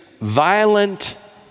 violent